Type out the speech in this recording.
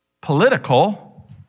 political